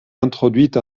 introduite